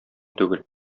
түгел